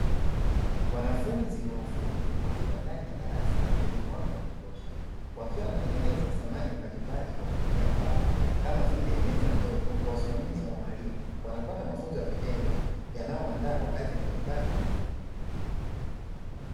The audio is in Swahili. Wanafunzi wa ufundi wakiwa ndani ya darasa lenye mwanga wa kutosha. Wakiwa wanatengeneza samani mbalimbali kwa kutumia mbao, kama vile; meza ndogo kwa usimamizi wa mwalimu. Wanapata mafunzo ya vitendo yanayowaandaa kwa kazi mbalimbali za ufundi.